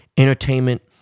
Entertainment